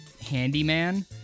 handyman